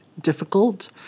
difficult